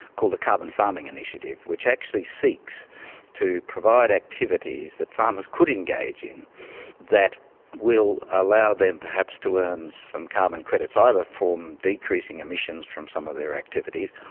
called the carbon farming initiative, which actually seeks to provide activities that farmers could engage in that will allow them perhaps to earn some carbon credits, either from decreasing emissions from some of their activities,